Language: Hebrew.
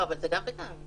זה גם וגם.